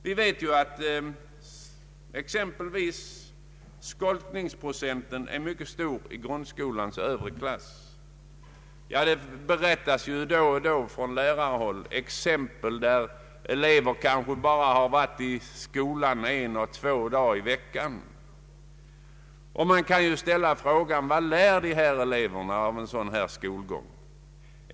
Vi vet att skolkningsprocenten är mycket stor i grundskolans övre klasser. Det berättas då och då från lärarhåll om hur elever har varit i skolan bara en och två dagar i veckan. Man kan ställa frågan: Vad lär dessa elever av en sådan skolgång?